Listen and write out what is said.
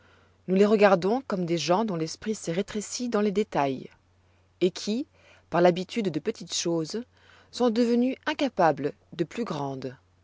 nous les regardons comme des gens dont l'esprit s'est rétréci dans les détails et qui par une habitude des petites choses sont devenus incapables des plus grandes